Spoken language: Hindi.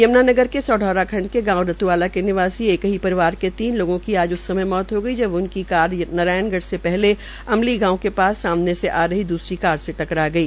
यमुनानगर के सौरा खंड गांव रतुवाला के निवासी एक ही परिवार के तीन लोगों की आज उस समय मौत हो गई उनकी बार नारायनगढ़ से पहले अमली गांव के पास सामने से आ रही दूसरी कार से टकरा गई